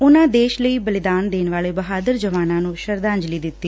ਉਨੂਂ ਦੇਸ਼ ਲਈ ਬਲਿਦਾਨ ਦੇਣ ਵਾਲੇ ਬਹਾਦਰ ਜਵਾਨਾਂ ਨੂੰ ਵੀ ਸ਼ਰਧਾਂਜਲੀ ਦਿੱਤੀ